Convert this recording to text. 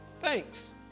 Thanks